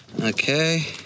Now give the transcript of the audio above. Okay